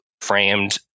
framed